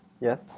Yes